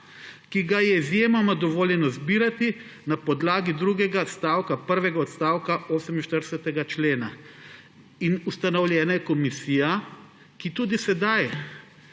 ki ga je izjemoma dovoljeno zbirati na podlagi drugega stavka prvega odstavka 48. člena.« ustanovljena je komisija, ki tudi sedaj